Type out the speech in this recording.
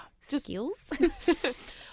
skills